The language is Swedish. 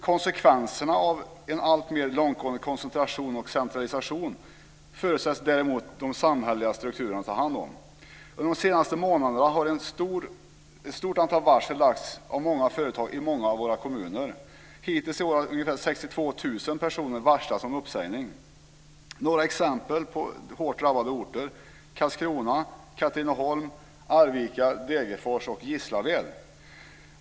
Konsekvenserna av en alltmer långtgående koncentration och centralisation förutsätts däremot de samhälleliga strukturerna ta hand om. Under de senaste månaderna har ett stort antal varsel lagts ut av företag i många kommuner. Hittills i år har ungefär 62 000 personer varslats om uppsägning. Några exempel på hårt drabbade orter är Karlskrona, Katrineholm, Arvika, Degerfors och Gislaved.